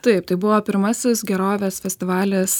taip tai buvo pirmasis gerovės festivalis